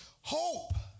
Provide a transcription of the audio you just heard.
Hope